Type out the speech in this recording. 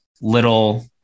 little